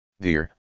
Dear